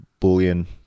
Boolean